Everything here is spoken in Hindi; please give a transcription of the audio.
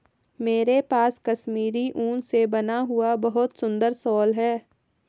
मेरे पास कश्मीरी ऊन से बना हुआ बहुत सुंदर शॉल है